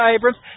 Abrams